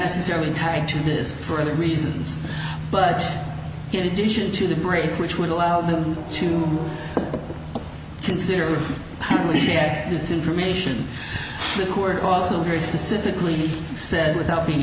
necessarily tied to this for the reasons but in addition to the break which would allow them to consider this information who are also very specifically said without being